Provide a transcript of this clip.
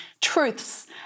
truths